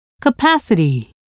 capacity